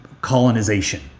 colonization